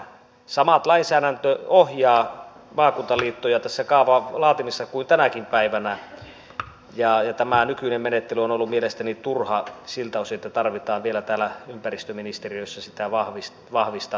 sama lainsäädäntö ohjaa maakuntaliittoja tässä kaavan laatimisessa kuin tänäkin päivänä ja tämä nykyinen menettely on ollut mielestäni turha siltä osin että tarvitaan vielä täällä ympäristöministeriössä sitä vahvistamista